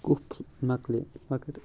کُف مۄکلہِ وۄکلہِ